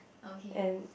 and